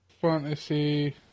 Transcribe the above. Fantasy